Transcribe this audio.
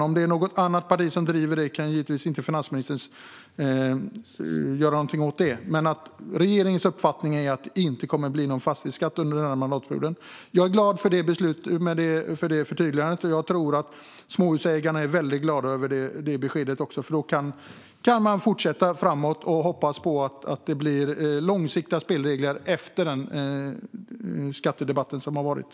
Om det är något annat parti som driver frågan kan finansministern givetvis inte göra någonting åt det, men regeringens uppfattning är alltså att det inte kommer att bli någon fastighetsskatt under mandatperioden. Jag är glad för detta förtydligande, och jag tror att också småhusägarna är väldigt glada över beskedet. Då kan man fortsätta framåt och hoppas på att det blir långsiktiga spelregler efter den skattedebatt som har förts.